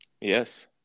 Yes